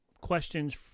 questions